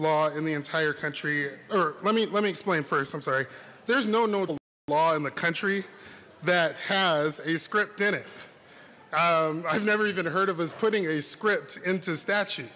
law in the entire country or let me let me explain first i'm sorry there's no knodel law in the country that has a script in it i've never even heard of his putting a script into statue